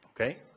Okay